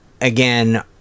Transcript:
again